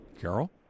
Carol